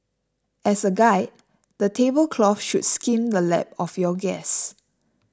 as a guide the table cloth should skim the lap of your guests